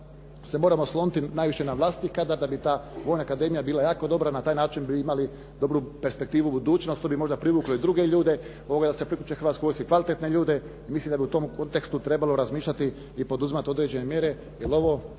se moramo osloniti najviše na vlastiti kadar da bi ta vojna akademija bila jako dobra, na taj način bi imali dobru perspektivu i budućnost, tu bi možda privukli i druge ljude da se priključe Hrvatskoj vojski, kvalitetne ljude i mislim da bi u tom kontekstu trebalo razmišljati i poduzimati određene mjere jer ovo